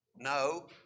No